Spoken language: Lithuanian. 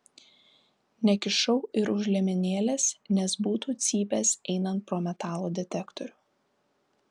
nekišau ir už liemenėlės nes būtų cypęs einant pro metalo detektorių